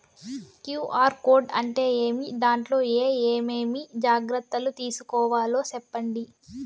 QR code అంటే ఏమి? దాంట్లో ఏ ఏమేమి జాగ్రత్తలు తీసుకోవాలో సెప్పండి?